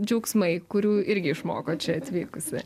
džiaugsmai kurių irgi išmokot čia atvykusi